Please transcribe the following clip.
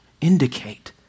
indicate